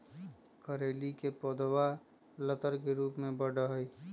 करेली के पौधवा लतर के रूप में बढ़ा हई